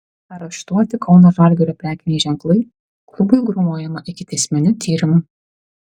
areštuoti kauno žalgirio prekiniai ženklai klubui grūmojama ikiteisminiu tyrimu